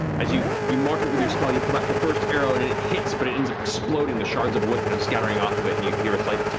as you you mark it with your spell, you pull back the first arrow, and it it hits, but it ends up exploding, the shards of wood kind of scattering off of it, and your hear a slight